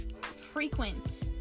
frequent